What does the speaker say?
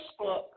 facebook